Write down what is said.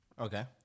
Okay